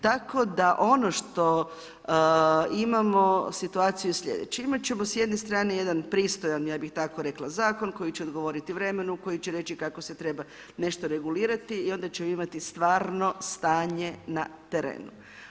Tako da ono što imamo, situacija je sljedeće, imati ćemo s jedne strane jedan pristojan, ja bi tako rekla, zakon, koji će odgovoriti vremenu, koji će reći kako se treba nešto regulirati i onda će imati stvarno stanje na terenu.